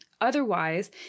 Otherwise